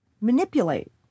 manipulate